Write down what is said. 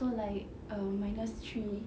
so like um minus three